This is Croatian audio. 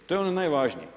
To je ono najvažnije.